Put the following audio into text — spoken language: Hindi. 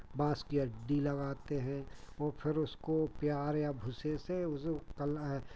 बाँस की अड्डी लगाते हैं और फिर उसको प्यार या भूसे से उसको कला है